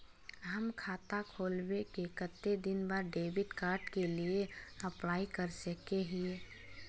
हम खाता खोलबे के कते दिन बाद डेबिड कार्ड के लिए अप्लाई कर सके हिये?